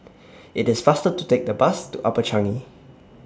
IT IS faster to Take The Bus to Upper Changi